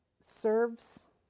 serves